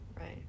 Right